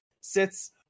sits